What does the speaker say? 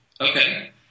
Okay